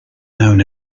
down